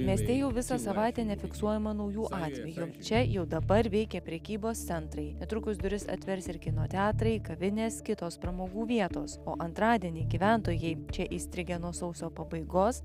mieste jau visą savaitę nefiksuojama naujų atvejų čia jau dabar veikia prekybos centrai netrukus duris atvers ir kino teatrai kavinės kitos pramogų vietos o antradienį gyventojai čia įstrigę nuo sausio pabaigos